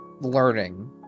learning